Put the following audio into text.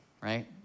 right